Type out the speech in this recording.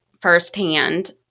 firsthand